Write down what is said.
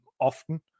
often